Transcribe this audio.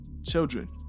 Children